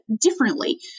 differently